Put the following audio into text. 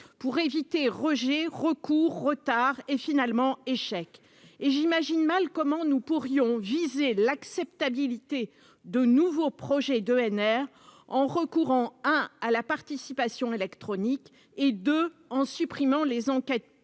pour éviter rejet recours retard et finalement échec et j'imagine mal comment nous pourrions viser l'acceptabilité de nouveaux projets d'ENR en recourant à la participation électronique et de en supprimant les enquêtes,